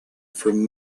from